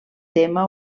tema